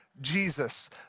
Jesus